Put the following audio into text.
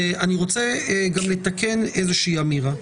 אני רוצה גם לתקן איזה אמירה.